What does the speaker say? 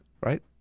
right